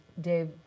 Dave